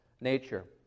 nature